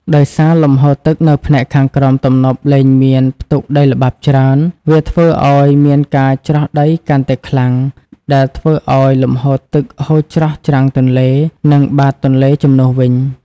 ដោយសារលំហូរទឹកនៅផ្នែកខាងក្រោមទំនប់លែងមានផ្ទុកដីល្បាប់ច្រើន វាធ្វើឲ្យមានការច្រោះដីកាន់តែខ្លាំងដែលធ្វើឲ្យលំហូរទឹកហូរច្រោះច្រាំងទន្លេ និងបាតទន្លេ ជំនួសវិញ។